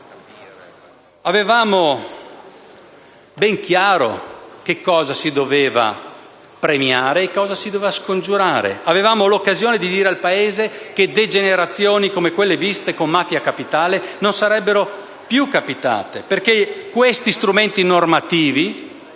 Avevamo ben chiaro cosa si doveva premiare e cosa si doveva scongiurare. Avevamo l'occasione di dire al Paese che degenerazioni come quelle viste con Mafia Capitale non sarebbero più capitate, perché questi strumenti normativi